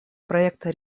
проекта